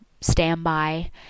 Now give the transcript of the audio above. standby